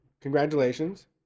congratulations